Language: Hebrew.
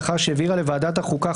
לאחר שהעבירה לוועדת החוקה,